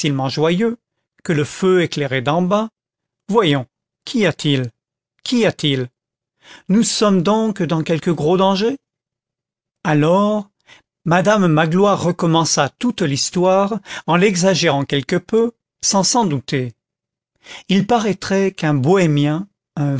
joyeux que le feu éclairait d'en bas voyons qu'y a-t-il qu'y a-t-il nous sommes donc dans quelque gros danger alors madame magloire recommença toute l'histoire en l'exagérant quelque peu sans s'en douter il paraîtrait qu'un bohémien un